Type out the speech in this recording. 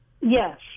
Yes